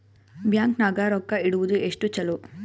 Bank ನಾಗ ರೊಕ್ಕ ಇಡುವುದು ಎಷ್ಟು ಚಲೋ?